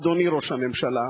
אדוני ראש הממשלה,